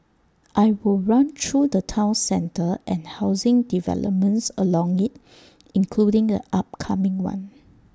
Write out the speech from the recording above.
I will run through the Town centre and housing developments along IT including the upcoming one